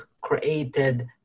created